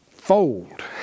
fold